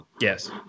Yes